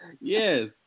yes